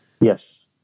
Yes